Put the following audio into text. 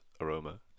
aroma